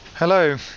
Hello